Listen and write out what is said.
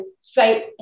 straight